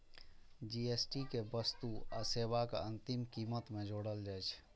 GST कें वस्तु आ सेवाक अंतिम कीमत मे जोड़ल जाइ छै